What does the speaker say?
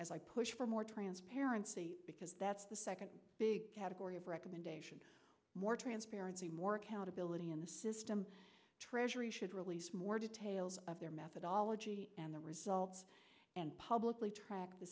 as i push for more transparency because that's the second big category of recommendation more transparency more accountability in the system treasury should release more details of their methodology and the results and publicly track the